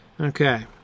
Okay